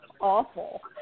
awful